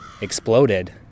exploded